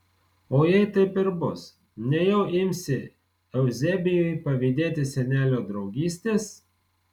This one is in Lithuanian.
o jei taip ir bus nejau imsi euzebijui pavydėti senelio draugystės